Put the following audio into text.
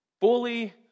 fully